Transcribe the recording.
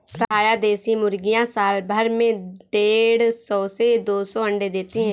प्रायः देशी मुर्गियाँ साल भर में देढ़ सौ से दो सौ अण्डे देती है